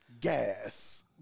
Gas